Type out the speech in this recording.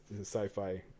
sci-fi